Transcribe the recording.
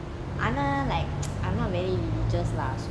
அனா:ana like I'm not very religious lah